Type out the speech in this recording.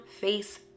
face